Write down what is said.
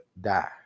Die